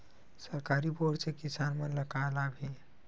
सरकारी बोर से किसान मन ला का लाभ हे?